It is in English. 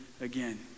again